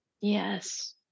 Yes